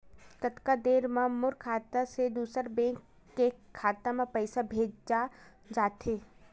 कतका देर मा मोर खाता से दूसरा बैंक के खाता मा पईसा भेजा जाथे?